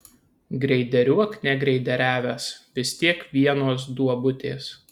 greideriuok negreideriavęs vis tiek vienos duobutės